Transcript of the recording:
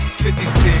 56